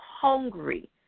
hungry